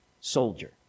soldier